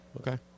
Okay